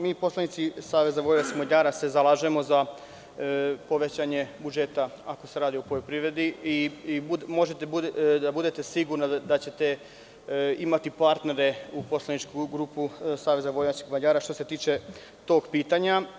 Mi poslanici SVM se zalažemo za povećanje budžeta ako se radi o poljoprivredi i možete da budete sigurni da ćete imati partnere u poslaničkoj grupi SVM što se tiče tog pitanja.